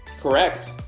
Correct